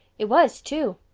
it was, too.